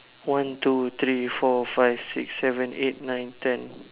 one two three four five six seven eight nine ten